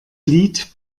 lied